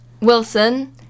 wilson